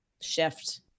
shift